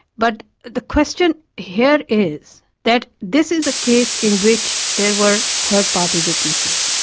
but the question here is that this is a case in which there were third-party witnesses.